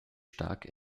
stark